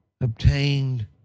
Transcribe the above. obtained